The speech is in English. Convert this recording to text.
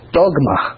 dogma